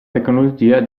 tecnologia